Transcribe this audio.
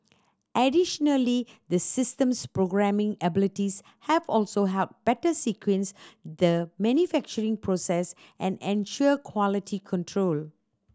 additionally the system's programming abilities have also helped better sequence the manufacturing process and ensure quality control